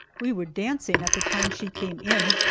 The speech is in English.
we were dancing at the time she came in,